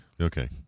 Okay